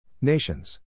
Nations